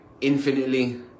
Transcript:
infinitely